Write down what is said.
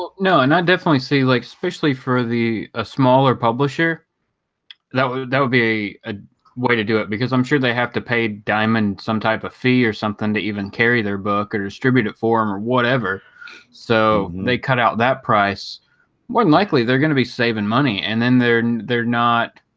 no and not definitely see like especially for the ah smaller publisher that would would be a way, to do it because, i'm sure they'd have to pay diamond some type of, fee or something? to even carry their book or distribute it form or whatever so they cut out that price what unlikely they're gonna be saving money and then they're they're not